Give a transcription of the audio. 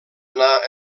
anar